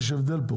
יש פה הבדל.